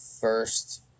first